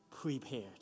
prepared